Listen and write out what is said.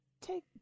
Take